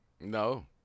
No